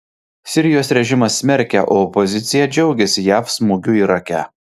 sirijos režimas smerkia o opozicija džiaugiasi jav smūgiu irake